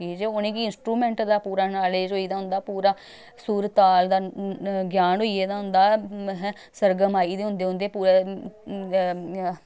की जे उ'नेंगी इंस्ट्रूमेंट दा पूरा नालेज होई गेदा होंदा पूरा सुर ताल दा ज्ञान होई गेदा होंदा अहें सरगम आई गेदे होंदे उं'दे पूरे